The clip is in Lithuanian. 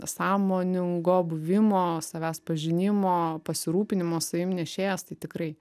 sąmoningo buvimo savęs pažinimo pasirūpinimo savim nešėjas tai tikrai